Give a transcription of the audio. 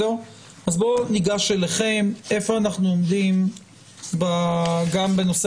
אז בואו ניגש אליכם: איפה אנחנו עומדים גם בנושא